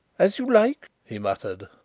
as you like, he muttered.